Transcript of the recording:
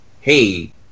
hey